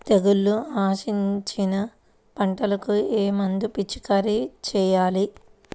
తెగుళ్లు ఆశించిన పంటలకు ఏ మందు పిచికారీ చేయాలి?